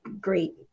great